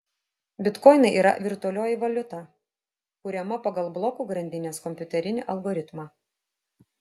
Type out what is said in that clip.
bitkoinai yra virtualioji valiuta kuriama pagal blokų grandinės kompiuterinį algoritmą